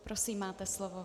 Prosím, máte slovo.